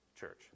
church